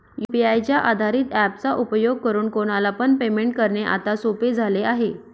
UPI च्या आधारित app चा उपयोग करून कोणाला पण पेमेंट करणे आता सोपे झाले आहे